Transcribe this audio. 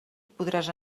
podràs